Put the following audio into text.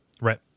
Right